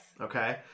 Okay